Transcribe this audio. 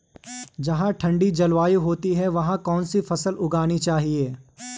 जहाँ ठंडी जलवायु होती है वहाँ कौन सी फसल उगानी चाहिये?